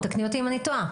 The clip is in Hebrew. תקני אותי אם אני טועה.